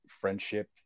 friendship